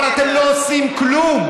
אבל אתם לא עושים כלום,